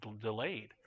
delayed